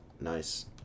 Nice